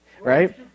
right